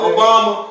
Obama